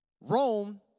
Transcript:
Rome